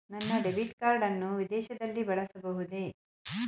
ನನ್ನ debit card ಅನ್ನು ವಿದೇಶದಲ್ಲಿ ಬಳಸಬಹುದೇ?